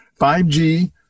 5G